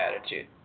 attitude